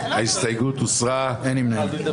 הצבעה ההסתייגות לא התקבלה.